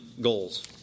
goals